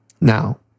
Now